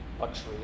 luxury